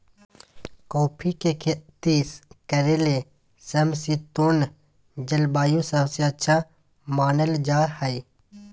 coffee के खेती करे ले समशितोष्ण जलवायु सबसे अच्छा मानल जा हई